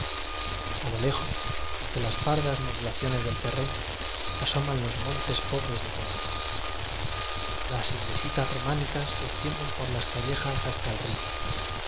a lo lejos entre las pardas modulaciones del terreno asoman los montes pobres de color las iglesiías románicas descien den por las callejas hasta el río